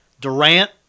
Durant